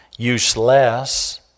Useless